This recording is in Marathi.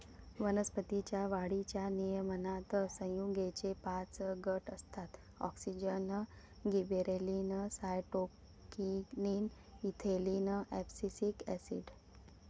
वनस्पतीं च्या वाढीच्या नियमनात संयुगेचे पाच गट असतातः auxin, gibberellin, cytokinin, ethylene, abscisic acid